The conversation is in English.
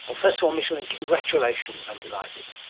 well, first of all, micheline, congratulations, i'm delighted.